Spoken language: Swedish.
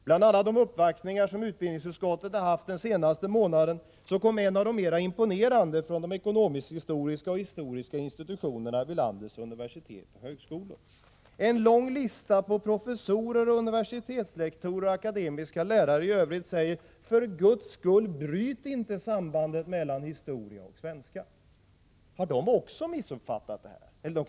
Bland alla de uppvaktningar som utbildningsutskottet har haft under den senaste månaden kom en av de mer imponerande från de ekonomiskhistoriska och historiska institutionerna vid landets universitet och högskolor. En lång lista över professorer, universitetslektorer och akademiska lärare i övrigt säger: För Guds skull, bryt inte sambandet mellan historia och svenska! Har de också missuppfattat regeringens lärarutbildningsförslag?